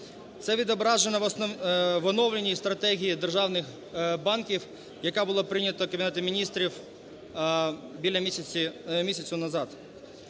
Це відображено в оновленій стратегії державних банків, яка була прийнята Кабінетом Міністрів біля місяця назад.